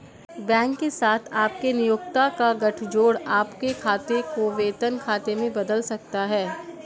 bank के साथ आपके नियोक्ता का गठजोड़ आपके खाते को वेतन खाते में बदल सकता है